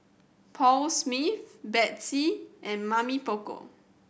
Paul Smith Betsy and Mamy Poko